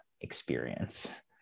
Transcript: experience